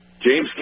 James